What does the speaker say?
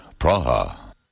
Praha